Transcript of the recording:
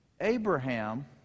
Abraham